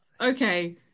Okay